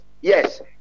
Yes